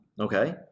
Okay